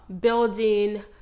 building